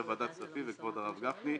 חברי ועדת הכספים וכבוד הרב גפני,